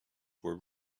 were